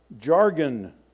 Jargon